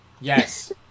Yes